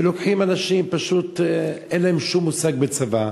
ולוקחים אנשים שאין להם פשוט שום מושג בצבא,